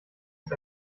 ist